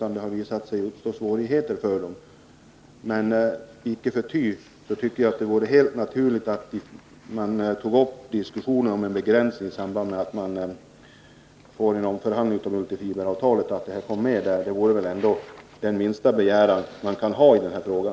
I stället har det visat sig vara svårt för dessa företag. Icke förty vore det väl helt naturligt att ta upp diskussionen om en begränsning av importen i samband med en kommande omförhandling av multifiberavtalet. Det är väl det minsta man kan begära i den här frågan.